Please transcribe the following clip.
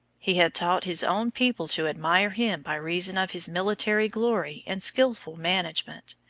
he had taught his own people to admire him by reason of his military glory and skilful management.